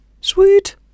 Sweet